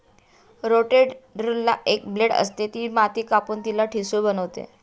रोटेटरला एक ब्लेड असते, जे माती कापून तिला ठिसूळ बनवते